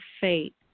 fate